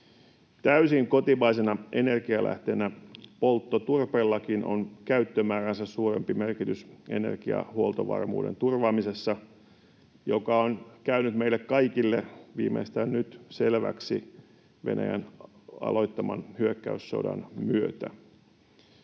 Täysin kotimaisena energialähteenä polttoturpeellakin on käyttömääräänsä suurempi merkitys energiahuoltovarmuuden turvaamisessa, mikä on käynyt meille kaikille selväksi viimeistään nyt Venäjän aloittaman hyökkäyssodan myötä.